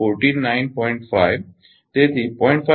તેથી 0